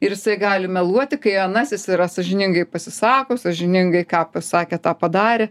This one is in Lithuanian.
ir jisai gali meluoti kai anasis yra sąžiningai pasisako sąžiningai ką pasakė tą padarė